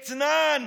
אתנן.